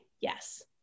yes